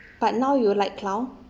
but now you like clown